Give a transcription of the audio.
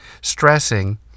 stressing